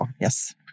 yes